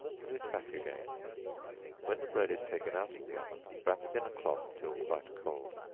put it back again when the bread is taken out of the oven, wrap it in a cloth till quite cold.